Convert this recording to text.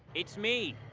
it's me.